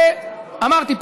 אמרתי,